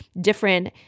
different